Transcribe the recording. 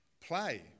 Play